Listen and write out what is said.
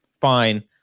Fine